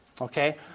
Okay